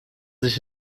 sich